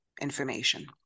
information